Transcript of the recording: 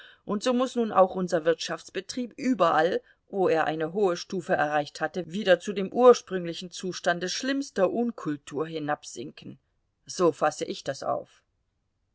und so muß nun auch unser wirtschaftsbetrieb überall wo er eine hohe stufe erreicht hatte wieder zu dem ursprünglichen zustande schlimmster unkultur hinabsinken so fasse ich das auf